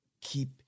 keep